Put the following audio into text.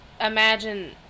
imagine